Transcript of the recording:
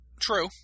True